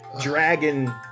dragon